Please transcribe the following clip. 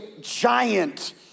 giant